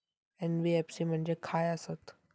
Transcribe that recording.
NBFC म्हणजे खाय आसत?